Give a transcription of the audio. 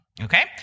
Okay